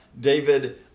David